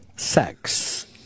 Sex